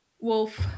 wolf